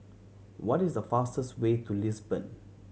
what is the fastest way to Lisbon